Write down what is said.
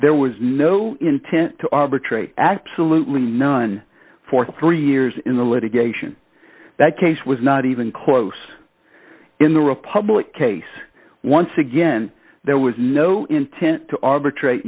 there was no intent to arbitrate act saluting none for three years in the litigation that case was not even close in the republic case once again there was no intent to arbitrat